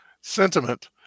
sentiment